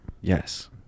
Yes